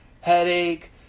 Headache